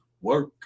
work